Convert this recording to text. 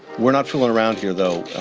we're not fool around here though.